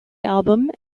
album